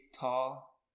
tall